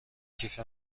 کیف